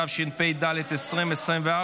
התשפ"ד 2024,